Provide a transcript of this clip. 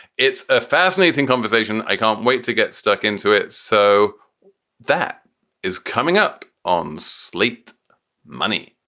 it's a fascinating conversation. i can't wait to get stuck into it. so that is coming up on sleepout money.